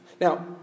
Now